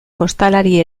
jostalari